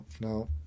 No